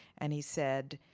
and he said,